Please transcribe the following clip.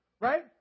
right